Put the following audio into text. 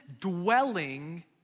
dwelling